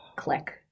Click